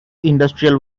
industrial